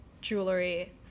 jewelry